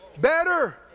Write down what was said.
better